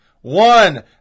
One